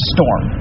Storm